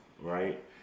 right